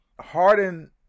Harden